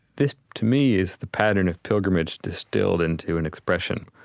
this to me is the pattern of pilgrimage distilled into an expression,